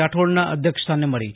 રાઠોડના અધ્યક્ષસ્થાને મળી હતી